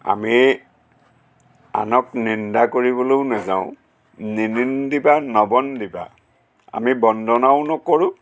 আমি আনক নিন্দা কৰিবলৈও নেযাওঁ নিনিন্দিবা নবন্দিবা আমি বন্দনাও নকৰোঁ